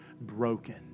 broken